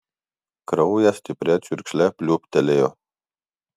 kraujas stipria čiurkšle pliūptelėjo